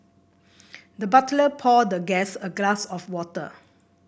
the butler poured the guest a glass of water